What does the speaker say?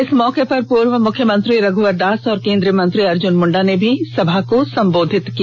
इस मौके पर पूर्व मुख्यमंत्री रघुवर दास और केंद्रीय मंत्री अर्जुन मुंडा ने भी सभा को संबोधित किया